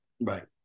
right